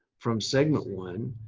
from segment one,